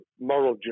moral